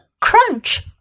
crunch